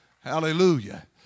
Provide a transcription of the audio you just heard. Hallelujah